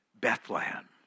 Bethlehem